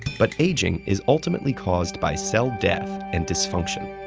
but aging is ultimately caused by cell death and dysfunction.